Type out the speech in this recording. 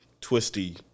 twisty